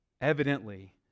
evidently